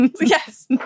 Yes